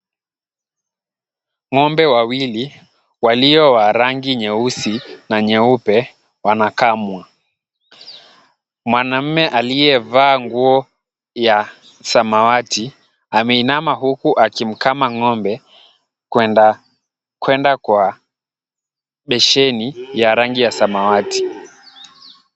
Ng'ombe wawili walio wa rangi nyeusi na nyeupe wanakamwa. Mwanaume aliyevaa nguo ya samawati ameinama huku akimkama ng'ombe, kwenda kwa besheni ya rangi ya samawati.